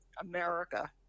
America